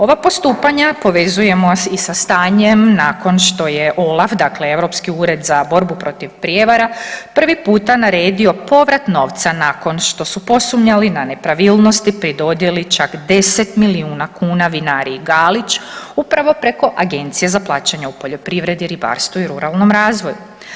Ova postupanja povezujemo i sa stanjem nakon što je OLAF, dakle Europski ured za borbu protiv prijevara prvi puta naredio povrat novca nakon što su posumnjali na nepravilnosti pri dodjeli čak 10 milijuna kuna vinariji Galić upravo preko Agencije za plaćanje u poljoprivredi, ribarstvu i ruralnom razvoju.